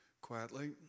quietly